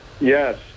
Yes